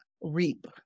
reap